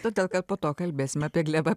todėl kad po to kalbėsim apie glebą